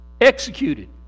executed